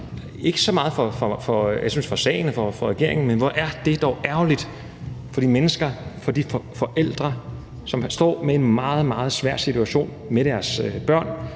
synes jeg, for sagen og for regeringen, men hvor er det dog ærgerligt for de mennesker, for de forældre, som står i en meget, meget svær situation med deres børn,